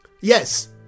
yes